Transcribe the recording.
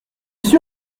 sûr